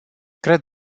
cred